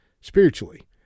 spiritually